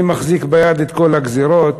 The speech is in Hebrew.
אני מחזיק ביד את כל הגזירות,